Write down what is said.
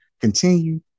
continue